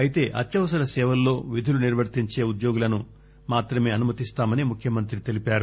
అయితే అత్యవసర సేవల్లో విధులు నిర్వర్తించే ఉద్యోగులను మాత్రమే అనుమతిస్తామని ముఖ్యమంత్రి తెలిపారు